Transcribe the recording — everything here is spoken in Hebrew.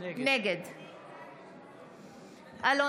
נגד אלון טל,